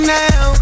now